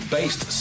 Based